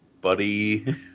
buddy